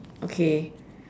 okay